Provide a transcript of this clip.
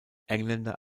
engländer